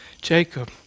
Jacob